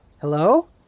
Hello